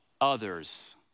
others